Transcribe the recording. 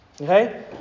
Okay